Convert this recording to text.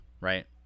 right